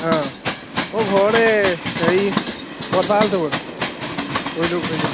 অঁ মই ঘৰতে এই হেৰি ঘৰত ভাল চবৰ কৰিলোঁ কৰিলোঁ